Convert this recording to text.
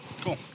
Cool